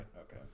Okay